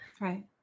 right